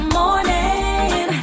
morning